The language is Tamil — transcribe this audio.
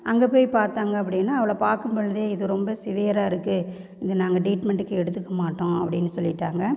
அங்கே போய் பார்த்தாங்க அப்படின்னா அவளை பார்க்கும்பொலுதே இது ரொம்ப சிவியராக இருக்கு இது நாங்கள் ட்ரீட்மென்ட்டுக்கு எடுத்துக்க மாட்டோம் அப்படின் சொல்லிவிட்டாங்க